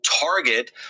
target